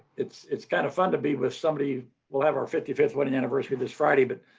it's it's kind of fun to be with somebody we'll have our fifty fifth wedding anniversary this friday but